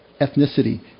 ethnicity